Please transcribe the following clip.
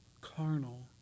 carnal